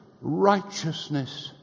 righteousness